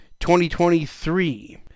2023